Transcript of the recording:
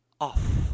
off